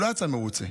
שלא יצא מרוצה